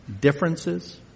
differences